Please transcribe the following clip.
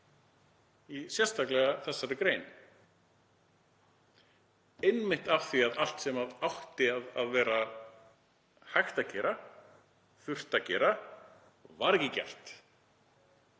og sérstaklega í þessari grein einmitt af því að allt sem átti að vera hægt að gera og þurfti að gera var ekki gert.